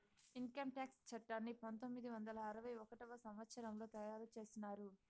income tax చట్టాన్ని పంతొమ్మిది వందల అరవై ఒకటవ సంవచ్చరంలో తయారు చేసినారు